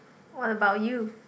what about you